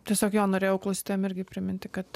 tiesiog jo norėjau klausytojam irgi priminti kad